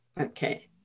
Okay